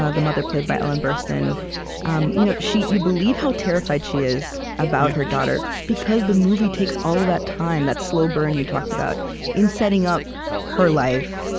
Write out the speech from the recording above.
ah the mother, played by ellen burstyn and you know you believe how terrified she is about her daughter, because the movie takes all of that time that slow burn you talked about in setting up her life,